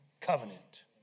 covenant